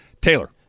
taylor